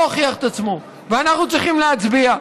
ואנחנו צריכים להצביע.